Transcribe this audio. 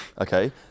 Okay